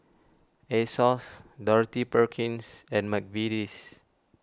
Asos Dorothy Perkins and Mcvitie's